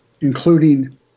including